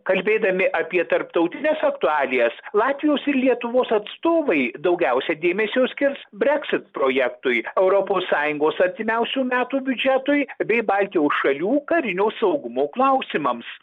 kalbėdami apie tarptautines aktualijas latvijos lietuvos atstovai daugiausiai dėmesio skirs brexit projektui europos sąjungos artimiausių metų biudžetui bei baltijos šalių karinio saugumo klausimams